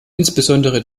insbesondere